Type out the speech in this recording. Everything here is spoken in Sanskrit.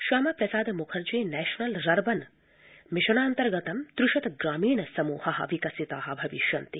श्यामा प्रसाद म्खर्जी नेशनल रर्बन मिशनान्तर्गतं त्रि शत प्रामीण समूहाः विकसिताः भविष्यन्ति